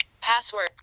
Password